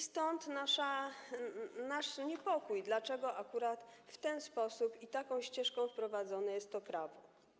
Stąd nasz niepokój, dlaczego akurat w ten sposób i taką ścieżką wprowadzone jest to prawo.